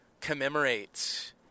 commemorates